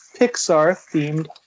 Pixar-themed